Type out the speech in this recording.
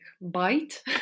bite